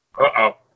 Uh-oh